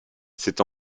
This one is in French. c’est